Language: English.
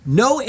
no